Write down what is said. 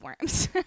worms